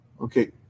Okay